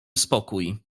spokój